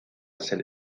ser